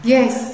Yes